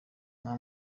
nta